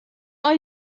are